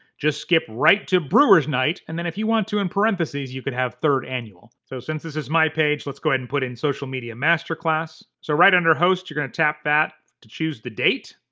just skip right to brewers night, and then if you want to, in parentheses, you could have third annual. so since this is my page, let's go ahead and put in social media masterclass. so right under host you're gonna tap that to choose the date.